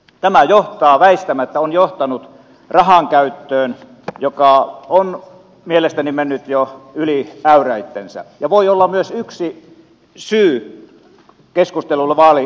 tämä johtaa väistämättä ja on johtanut rahankäyttöön joka on mielestäni mennyt jo yli äyräittensä ja voi olla myös yksi syy keskustelulle vaalirahakohusta